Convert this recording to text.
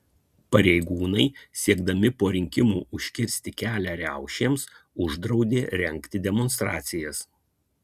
pareigūnai siekdami po rinkimų užkirsti kelią riaušėms uždraudė rengti demonstracijas